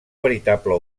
veritable